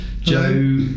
Joe